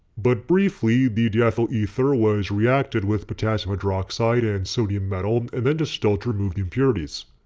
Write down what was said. but briefly the diethyl ether was reacted with potassium hydroxide and sodium metal and then distilled to remove the impurities.